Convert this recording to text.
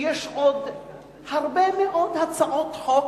שיש עוד הרבה מאוד הצעות חוק,